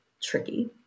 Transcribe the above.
tricky